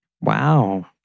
Wow